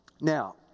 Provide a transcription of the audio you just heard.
Now